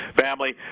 family